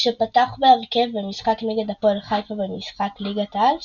כשפתח בהרכב במשחק נגד הפועל חיפה במסגרת ליגת העל,